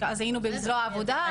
אז היינו בזרוע העבודה.